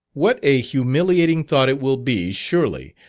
what a humiliating thought it will be, surely,